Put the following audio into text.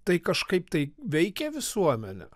tai kažkaip tai veikia visuomenę